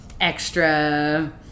extra